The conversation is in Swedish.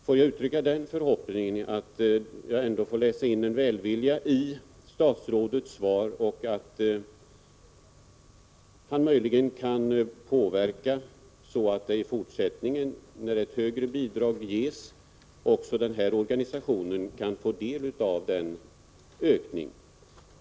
Låt mig uttrycka den förhoppningen att jag ändå får läsa in en välvilja i statsrådets svar och att han i fortsättningen, när ett högre bidrag ges, kan medverka till att också Landsförbundet Svenska Samer får del av ökningen.